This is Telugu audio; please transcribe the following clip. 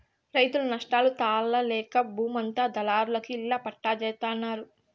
రైతులు నష్టాలు తాళలేక బూమంతా దళారులకి ఇళ్ళ పట్టాల్జేత్తన్నారు